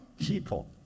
people